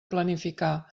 planificar